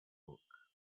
book